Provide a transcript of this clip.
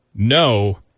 No